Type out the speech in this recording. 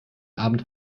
abend